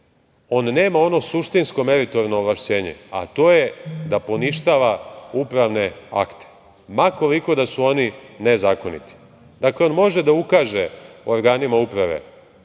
on nema ono suštinsko meritorno ovlašćenje, a to je da poništava upravne akte, ma koliko da su oni nezakoniti. Dakle, može da ukaže organima uprave